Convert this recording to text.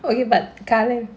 okay but காலைல:kaalaila